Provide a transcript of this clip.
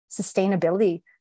sustainability